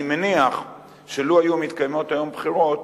אני מניח שלו היו מתקיימות היום בחירות,